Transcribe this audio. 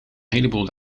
heleboel